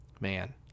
Man